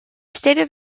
stated